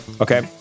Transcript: okay